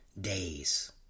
days